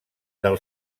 del